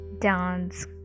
dance